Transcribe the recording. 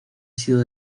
sido